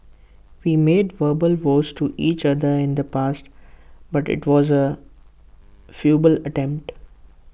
we made verbal vows to each other in the past but IT was A futile attempt